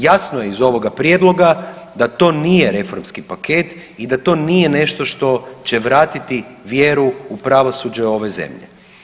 Jasno je iz ovoga prijedloga da to nije reformski paket i da to nije nešto što će vratiti vjeru u pravosuđe ove zemlje.